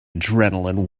adrenaline